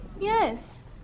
Yes